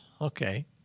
Okay